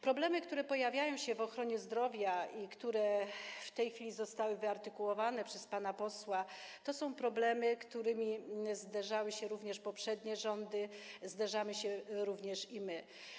Problemy, które pojawiają się w ochronie zdrowia i które w tej chwili zostały wyartykułowane przez pana posła, to są problemy, z którymi zderzały się również poprzednie rządy, zderzamy się także i my.